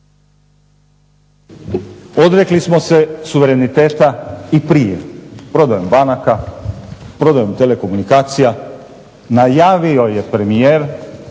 Odrekli smo se suvereniteta i prije, prodajom banaka, prodajom telekomunikacija. Najavio je premijer